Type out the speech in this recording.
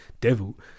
devil